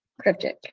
Cryptic